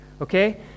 okay